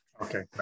Okay